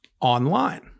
online